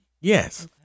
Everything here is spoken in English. Yes